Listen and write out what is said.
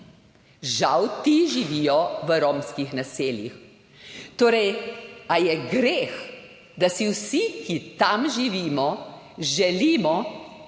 Žal ti živijo v romskih naseljih. Ali je torej greh, da si vsi, ki tam živimo, želimo,